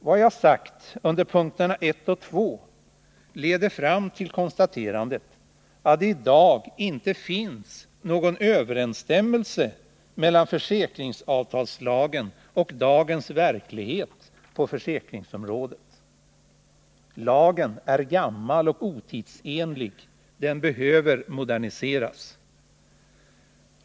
Vad jag sagt under punkterna 1 och 2 leder fram till konstaterandet, att det i dag inte finns någon överensstämmelse mellan försäkringsavtalslagen och dagens verklighet på försäkringsområdet. 29 Lagen är gammal och otidsenlig. Den behöver moderniseras.